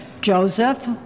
Joseph